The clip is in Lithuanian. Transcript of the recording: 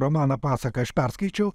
romaną pasaką aš perskaičiau